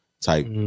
type